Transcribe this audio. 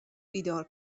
بیدار